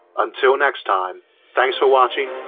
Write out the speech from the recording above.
until next time, thanks for watching,